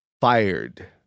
Fired